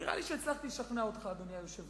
נראה לי שהצלחתי לשכנע אותך, אדוני היושב-ראש.